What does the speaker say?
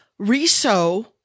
Resow